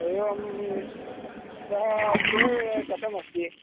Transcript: एवं सः गृहे कथमस्ति